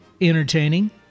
Entertaining